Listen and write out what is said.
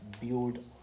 build